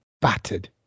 battered